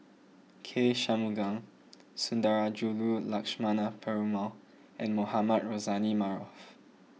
K Shanmugam Sundarajulu Lakshmana Perumal and Mohamed Rozani Maarof